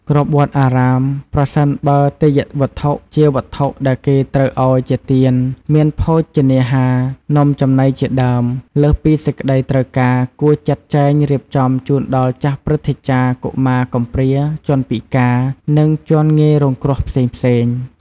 គ្រប់វត្តអារាម ប្រសិនបើ ទេយ្យវត្ថុ ជាវត្ថុដែលគេត្រូវឱ្យជាទាន មានភោជនាហារ នំចំណីជាដើម លើសពីសេចក្តីត្រូវការ គួរចាត់ចែង រៀបចំជូនដល់ចាស់ព្រឹទ្ធាចារ្យ កុមារកំព្រា ជនពិការ និងជនងាយរងគ្រោះផ្សេងៗ។